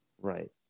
Right